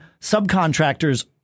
subcontractors